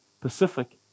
Pacific